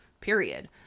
Period